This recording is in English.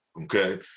Okay